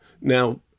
Now